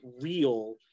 real